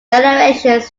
generations